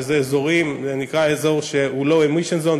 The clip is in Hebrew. וזה נקרא low-emission zone,